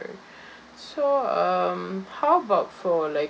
so um how about for like